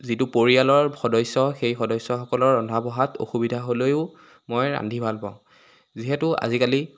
যিটো পৰিয়ালৰ সদস্য সেই সদস্যসকলৰ ৰন্ধা বঢ়াত অসুবিধা হ'লেও মই ৰান্ধি ভাল পাওঁ যিহেতু আজিকালি